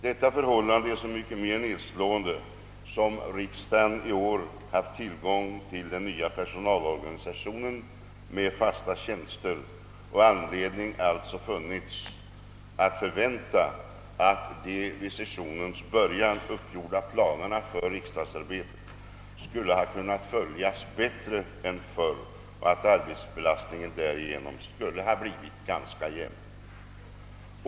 Detta förhållande är så mycket mer nedslående som riksdagen i år haft tillgång till den nya personalorganisationen med fasta tjänster och anledning alltså funnits att förvänta, att de vid sessionens början uppgjorda planerna för riksdagsarbetet skulle ha kunnat följas bättre än förr och att arbetsbelastningen därigenom skulle ha blivit ganska jämn.